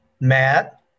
Matt